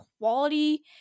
quality